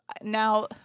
now